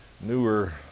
newer